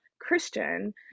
Christian